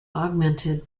augmented